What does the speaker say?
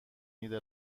ایده